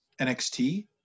NXT